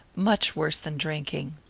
much worse than drinking.